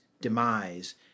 demise